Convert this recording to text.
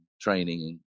training